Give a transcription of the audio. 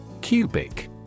Cubic